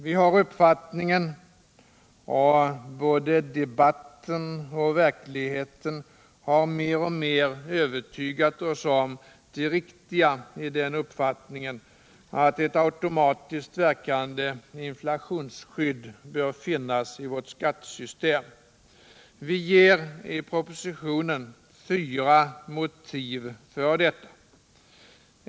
Vi har den uppfattningen — och både debatten och verkligheten har mer och mer övertygat oss om det riktiga i den — att ett automatiskt verkande inflationsskydd bör finnas i vårt skattesystem. Vi anger i propositionen fyra motiv för detta.